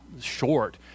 short